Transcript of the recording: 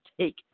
take